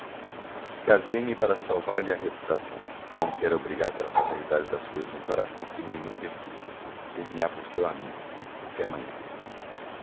disse-lhe casei me para salvar lhe a reputação não quero obrigar pela fatalidade das coisas um coração que me não pertence ter me á por seu amigo até amanhã